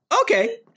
Okay